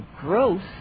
gross